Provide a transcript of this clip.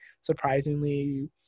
surprisingly